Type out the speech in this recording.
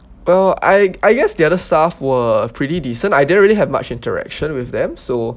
well I I guess the other staff were pretty decent I didn't really have much interaction with them so